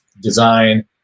design